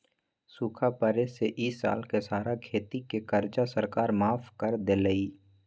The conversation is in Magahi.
सूखा पड़े से ई साल के सारा खेती के कर्जा सरकार माफ कर देलई